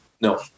No